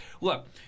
Look